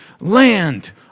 land